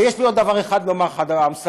ויש לי עוד דבר אחד לומר לך אמסלם,